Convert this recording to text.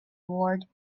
ward